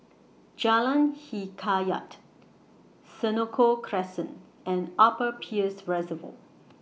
Jalan Hikayat Senoko Crescent and Upper Peirce Reservoir